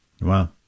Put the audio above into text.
Wow